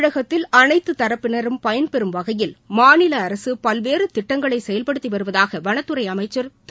தமிழகத்தில் அனைத்து தரப்பினரும் பயன்பெறும் வகையில் மாநில அரசு பல்வேறு திட்டஙகளை செயல்படுத்தி வருவகதாக வனத்துறை அமைச்சர் திரு